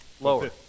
Lower